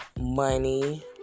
money